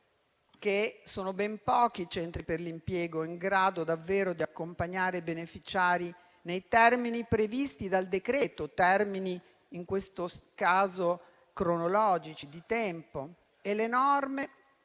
sono ben pochi i centri per l'impiego in grado davvero di accompagnare i beneficiari nei termini previsti dal decreto, termini in questo caso cronologici, di tempo. Le norme